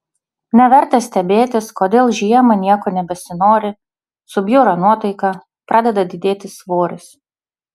neverta stebėtis kodėl žiemą nieko nebesinori subjūra nuotaika pradeda didėti svoris